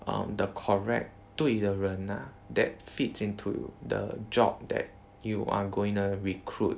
um the correct 对的人 that fits into the job that you are going to recruit